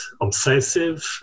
obsessive